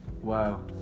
Wow